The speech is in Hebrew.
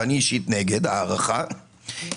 ואני נגד הארכה,